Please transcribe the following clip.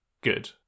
Good